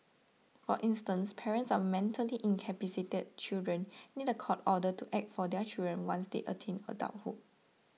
for instance parents of mentally incapacitated children need a court order to act for their children once they attain adulthood